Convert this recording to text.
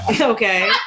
okay